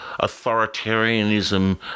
authoritarianism